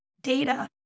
data